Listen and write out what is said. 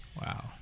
Wow